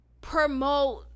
promote